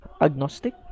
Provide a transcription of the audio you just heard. agnostic